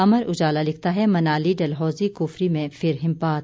अमर उजाला लिखता है मनाली डल्हौजी कुफरी में फिर हिमपात